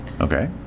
Okay